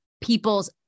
people's